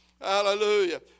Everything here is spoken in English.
Hallelujah